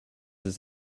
his